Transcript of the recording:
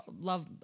love